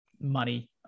money